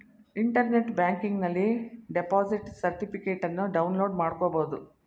internet ಬ್ಯಾಂಕಿಂಗನಲ್ಲಿ deposit ಸರ್ಟಿಫಿಕೇಟನ್ನು download ಮಾಡ್ಕೋಬಹುದು